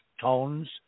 tones